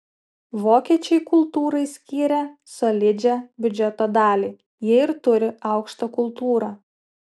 vokiečiai kultūrai skiria solidžią biudžeto dalį jie ir turi aukštą kultūrą